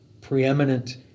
preeminent